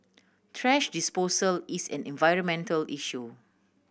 thrash disposal is an environmental issue